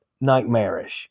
nightmarish